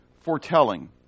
foretelling